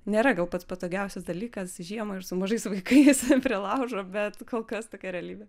nėra pats patogiausias dalykas žiemą ir su mažais vaikais prie laužo bet kol kas tokia realybė